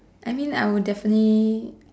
I mean I will definitely